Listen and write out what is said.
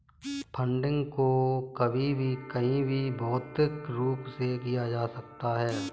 funding को कभी भी कहीं भी भौतिक रूप से किया जा सकता है